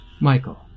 Michael